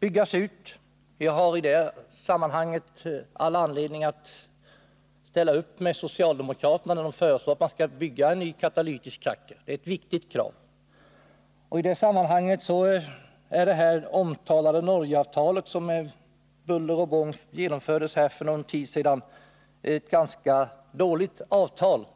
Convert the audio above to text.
byggas ut. Vi har i det sammanhanget all anledning att ställa upp på socialdemokraternas förslag att vi skall bygga en ny katalytisk kracker. Det är ett viktigt krav. I det sammanhanget vill jag påpeka att det omtalade Norgeavtalet, som med buller och bång genomfördes för en tid sedan, är ett ganska dåligt avtal.